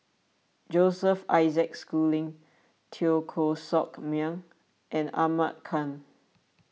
Joseph Isaac Schooling Teo Koh Sock Miang and Ahmad Khan